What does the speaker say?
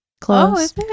close